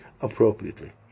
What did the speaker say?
appropriately